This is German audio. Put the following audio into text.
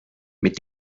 mit